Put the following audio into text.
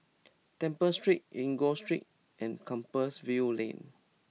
Temple Street Enggor Street and Compassvale Lane